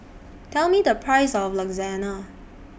Tell Me The Price of Lasagna